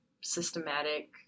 systematic